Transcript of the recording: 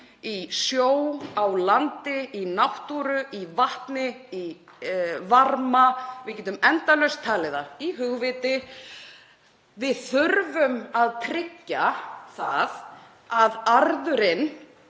í sjó, á landi, í náttúru, í vatni, í varma, við getum endalaust talið það, í hugviti, við þurfum að tryggja að arðurinn